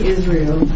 Israel